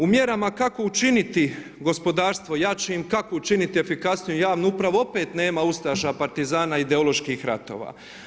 U mjerama kako učiniti gospodarstvo jačim, kako učiniti efikasniju javnu upravu opet nema ustaša, partizana, ideoloških ratova.